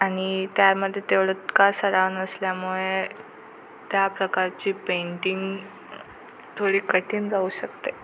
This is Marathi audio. आणि त्यामध्ये तेवढं का सराव नसल्यामुळे त्या प्रकारची पेंटिंग थोडी कठीण जाऊ शकते